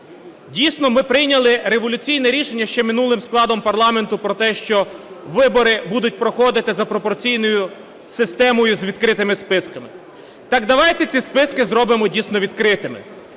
Дійсно, ми прийняли революційне рішення ще минулим складом парламенту про те, що вибори будуть проходити за пропорційною системою з відкритими списками. Так давайте ці списки зробимо дійсно відкритими.